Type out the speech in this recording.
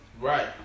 Right